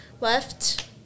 left